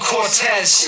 Cortez